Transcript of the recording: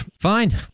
Fine